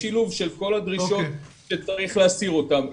בשילוב של כל הדרישות שצריך להסיר אותן.